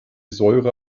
säure